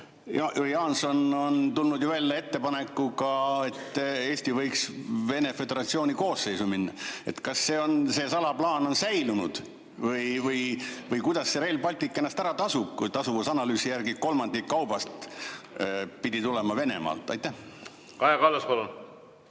Jaanson on tulnud ju välja ettepanekuga, et Eesti võiks Vene föderatsiooni koosseisu minna. Kas see salaplaan on säilunud või kuidas Rail Baltic ennast ära tasub, kui tasuvusanalüüsi järgi kolmandik kaubast pidi tulema Venemaalt? Hea juhataja!